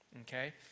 Okay